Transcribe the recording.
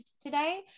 today